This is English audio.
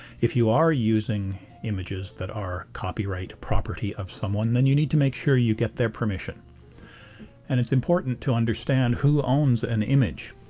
if you are using images that are copyrighted property of someone then you need to make sure you get their permission and it's important to understand who owns an image.